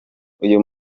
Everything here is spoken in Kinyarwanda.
uyu